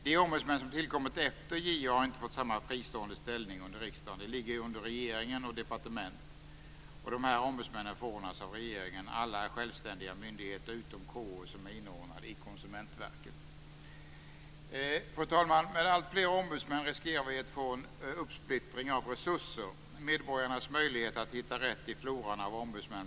De ombudsmän som har tillkommit efter JO har inte fått samma fristående ställning under riksdagen. De ligger under regeringen och departementen. Dessa ombudsmän förordnas av regeringen. Alla är självständiga myndigheter utom KO som är inordnad i Fru talman! Med alltfler ombudsmän riskerar vi att få en uppsplittring av resurser. Det blir allt svårare för medborgarna att hitta rätt i floran av ombudsmän.